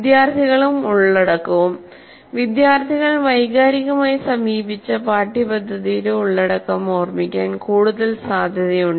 വിദ്യാർത്ഥികളും ഉള്ളടക്കവും വിദ്യാർത്ഥികൾ വൈകാരികമായി സമീപിച്ച പാഠ്യപദ്ധതിയുടെ ഉള്ളടക്കം ഓർമിക്കാൻ കൂടുതൽ സാധ്യതയുണ്ട്